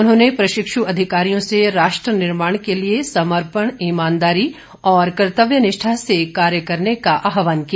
उन्होंने प्रशिक्षु अधिकारियों से राष्ट्र निर्माण के लिए समर्पण ईमानदारी और कर्तव्य निष्ठा से कार्य करने का आहवान किया